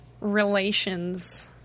relations